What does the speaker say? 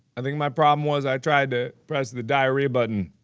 i think my problem was i tried to press the diarrhea button